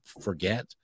forget